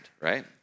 right